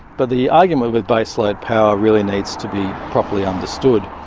but the argument with baseload power really needs to be properly understood.